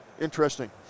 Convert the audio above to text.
Interesting